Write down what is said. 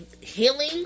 healing